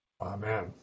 Amen